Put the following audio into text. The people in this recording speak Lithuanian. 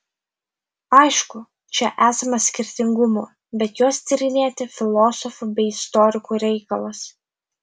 aišku čia esama skirtingumų bet juos tyrinėti filosofų bei istorikų reikalas